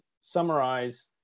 summarize